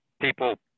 People